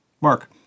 Mark